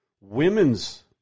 Women's